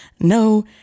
no